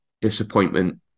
disappointment